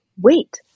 wait